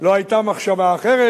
לא היתה מחשבה אחרת.